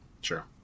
Sure